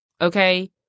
okay